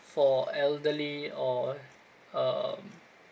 for elderly or um